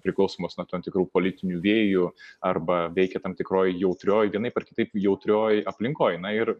priklausomas nuo tam tikrų politinių vėjų arba veikia tam tikroj jautrioj vienaip ar kitaip jautrioj aplinkoj na ir